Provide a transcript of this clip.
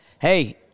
Hey